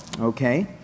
Okay